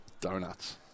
Donuts